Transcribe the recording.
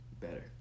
better